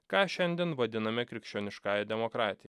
ką šiandien vadiname krikščioniškąja demokratija